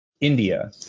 India